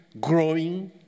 growing